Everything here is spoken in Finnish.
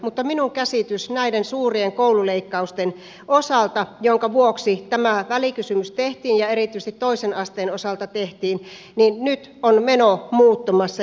mutta minun käsitykseni näiden suurien koululeikkausten osalta joiden vuoksi tämä välikysymys tehtiin ja erityisesti toisen asteen osalta tehtiin on se että nyt on meno muuttumassa